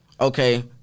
Okay